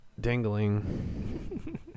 Dangling